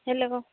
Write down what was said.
hello